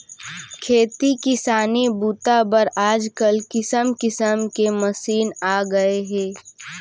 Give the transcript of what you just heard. खेती किसानी बूता बर आजकाल किसम किसम के मसीन आ गए हे